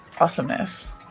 awesomeness